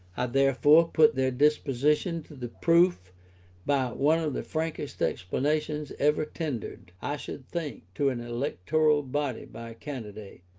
therefore put their disposition to the proof by one of the frankest explanations ever tendered, i should think, to an electoral body by a candidate.